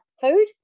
Food